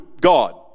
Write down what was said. god